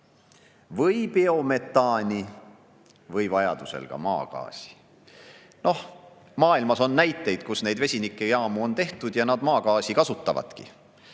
biometaani või vajadusel ka maagaasi. Noh, maailmas on näiteid, kus vesinikujaamu on tehtud ja nad maagaasi kasutavadki.